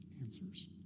answers